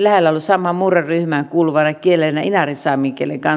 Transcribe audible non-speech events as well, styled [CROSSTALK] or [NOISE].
[UNINTELLIGIBLE] lähellä samaan murreryhmään kuuluvana kielenä inarinsaamen kieltä